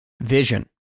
vision